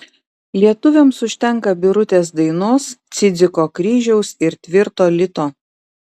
lietuviams užtenka birutės dainos cidziko kryžiaus ir tvirto lito